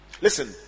Listen